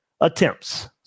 attempts